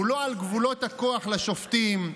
הוא לא על גבולות הכוח לשופטים,